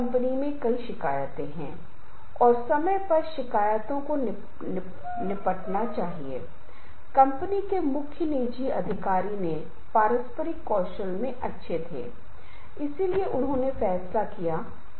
अंतिम प्रकार है समझौता शैली कम्प्रोमिसिंग स्टाइल compromising style कभी कभी हमारी जीवन की स्थिति ऐसी होती है कि आपको समझौता करना होगा